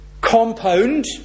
compound